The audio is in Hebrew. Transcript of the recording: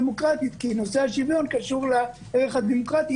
נושא השוויון קשור לערך הדמוקרטי,